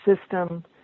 system